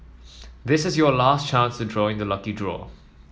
this is your last chance to join the lucky draw